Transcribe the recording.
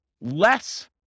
less